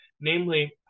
namely